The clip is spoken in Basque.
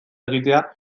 egitea